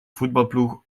voetbalploeg